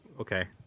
okay